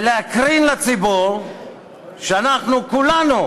ולהקרין לציבור שאנחנו כולנו